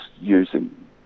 using